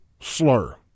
slur